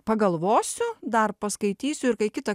pagalvosiu dar paskaitysiu ir kai kitą